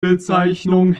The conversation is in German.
bezeichnung